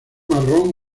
marrón